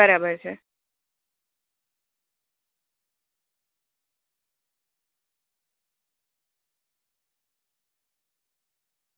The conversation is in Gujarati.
બરાબર છે